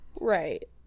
Right